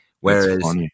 Whereas